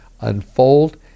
unfold